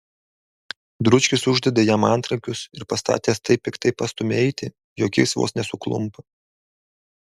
dručkis uždeda jam antrankius ir pastatęs taip piktai pastumia eiti jog jis vos nesuklumpa